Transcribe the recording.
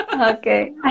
okay